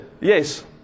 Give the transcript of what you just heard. Yes